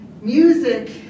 music